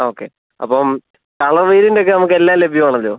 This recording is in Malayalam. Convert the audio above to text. ഓക്കെ അപ്പം കളർ വേരിയന്റൊക്കെ നമുക്ക് എല്ലാം ലഭ്യമാണല്ലോ